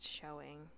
showing